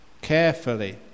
carefully